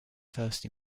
first